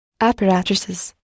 apparatuses